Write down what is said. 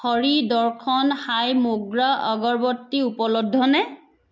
হৰি দৰ্শন সাই মোগৰা আগৰবট্টি উপলব্ধ নে